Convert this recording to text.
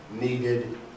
needed